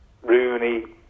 Rooney